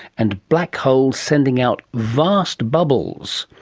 and black holes sending out vast bubbles.